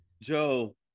Joe